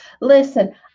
Listen